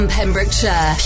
Pembrokeshire